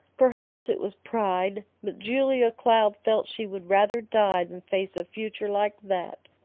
perhaps it was pride, but julia cloud felt she would rather die than face a future like that.